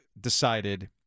decided